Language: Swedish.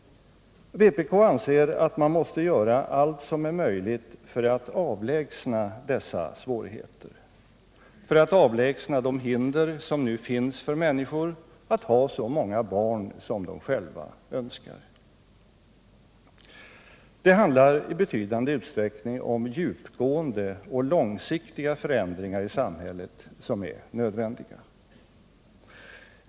Vpk anser att man måste göra allt som är möjligt för att avlägsna dessa svårigheter, för att avlägsna de hinder som nu finns för människor att ha så många barn som de själva önskar. Det handlar i betydande utsträckning om djupgående och långsiktiga förändringar i samhället som är nödvändiga.